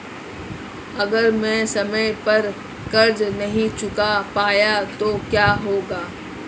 अगर मैं समय पर कर्ज़ नहीं चुका पाया तो क्या होगा?